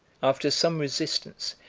after some resistance,